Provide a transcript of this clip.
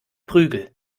prügel